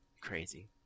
crazy